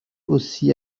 aussi